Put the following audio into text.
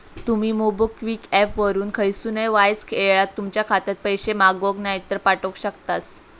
तुमी MobiKwik app वापरून खयसूनय वायच येळात तुमच्या खात्यात पैशे मागवक नायतर पाठवक शकतास